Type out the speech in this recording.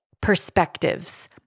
perspectives